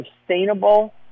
sustainable